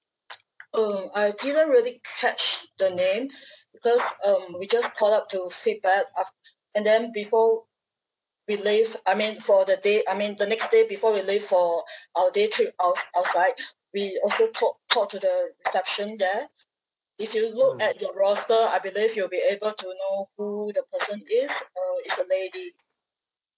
um I didn't really catch the name because um we just called up to feedback af~ and then before we leave I mean for the day I mean the next day before we leave for our day trip outs~ outside we also told told to the reception there if you look at your roster I believe you'll be able to know who the person is uh is a lady